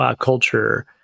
culture